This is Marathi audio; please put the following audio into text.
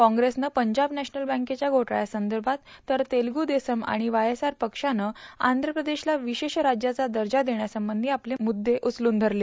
काँग्रेसनं पंजाब नॅशनल बँकेच्या घोटाळ्यासंदर्भात तर तेलगू देसम आणि वायएसआर पक्षानं आंध्र प्रदेशला विशेष राज्याचा दर्जा देण्यासंबंधी आपले मुद्दे उचलून धरले